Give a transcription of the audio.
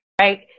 Right